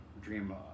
Dream